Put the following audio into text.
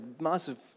massive